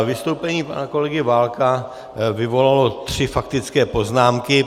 Vystoupení pana kolegy Válka vyvolalo tři faktické poznámky.